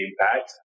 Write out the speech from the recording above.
impact